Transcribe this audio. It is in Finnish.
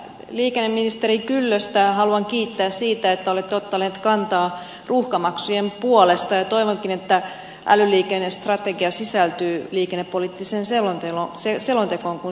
liikenneministeri kyllöstä haluan kiittää siitä että olette ottanut kantaa ruuhkamaksujen puolesta ja toivonkin että älyliikennestrategia sisältyy liikennepoliittiseen selontekoon kun saamme sen käsittelyyn